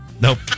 Nope